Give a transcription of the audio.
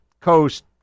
coast